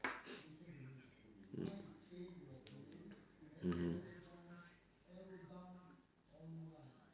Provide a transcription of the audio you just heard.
mm mmhmm